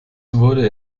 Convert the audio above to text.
wurde